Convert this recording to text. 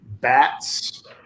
bats